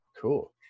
Cool